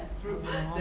orh